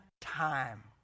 time